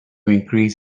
increase